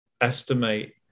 estimate